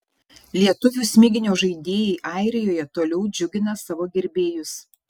lietuvių smiginio žaidėjai airijoje toliau džiugina savo gerbėjus